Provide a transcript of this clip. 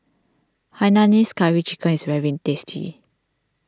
Hainanese Curry Chicken is very tasty